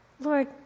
Lord